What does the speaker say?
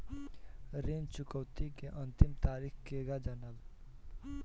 ऋण चुकौती के अंतिम तारीख केगा जानब?